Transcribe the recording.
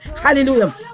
Hallelujah